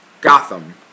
Gotham